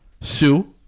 Sue